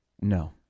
No